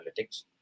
analytics